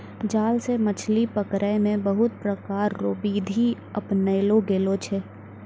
जाल से मछली पकड़ै मे बहुत प्रकार रो बिधि अपनैलो गेलो छै